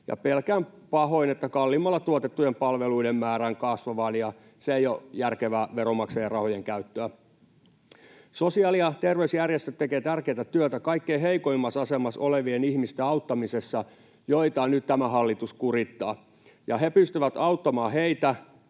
pelkään pahoin, että kalliimmalla tuotettujen palveluiden määrä kasvaa. Se ei ole järkevää veronmaksajien rahojen käyttöä. Sosiaali- ja terveysjärjestöt tekevät tärkeätä työtä kaikkein heikoimmassa asemassa olevien ihmisten auttamisessa, joita nyt tämä hallitus kurittaa. Ne pystyvät auttamaan heitä,